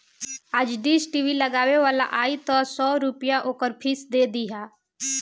आज dish TV लगावे वाला आई तअ सौ रूपया ओकर फ़ीस दे दिहा